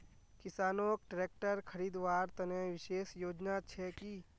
किसानोक ट्रेक्टर खरीदवार तने विशेष योजना छे कि?